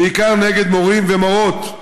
בעיקר נגד מורים ומורות.